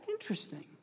interesting